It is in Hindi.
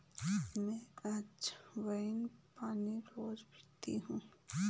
मैं अज्वाइन पानी रोज़ पीती हूँ